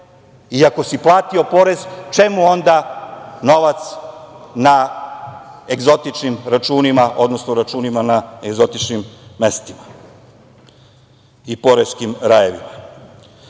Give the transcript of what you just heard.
Ako si platio porez, čemu onda novac na egzotičnim računima, odnosno računima na egzotičnim mestima i poreskim rajevima?O